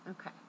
Okay